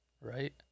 right